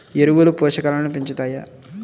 ఎరువులు పోషకాలను పెంచుతాయా?